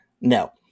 No